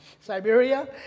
Siberia